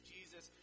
Jesus